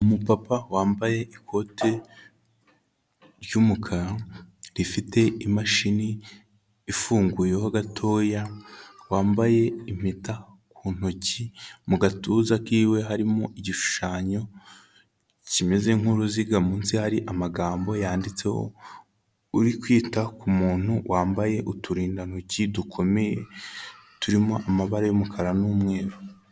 Umupapa wambaye ikote ry'umukara rifite imashini ifunguyeho gatoya, wambaye impeta ku ntoki, mu gatuza kiwe harimo igishushanyo kimeze nk'uruziga, munsi hari amagambo yanditseho, uri kwita ku muntu wambaye uturindantoki dukomeye turimo amabara y'umukara n'umweru.